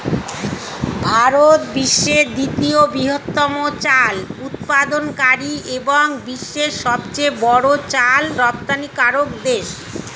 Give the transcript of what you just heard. ভারত বিশ্বের দ্বিতীয় বৃহত্তম চাল উৎপাদনকারী এবং বিশ্বের সবচেয়ে বড় চাল রপ্তানিকারক দেশ